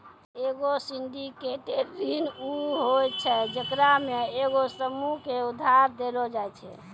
एगो सिंडिकेटेड ऋण उ होय छै जेकरा मे एगो समूहो के उधार देलो जाय छै